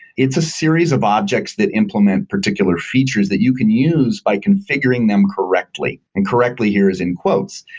it's a series of objects that implement particular features that you can use by configuring them correctly, and correctly here is in quotes.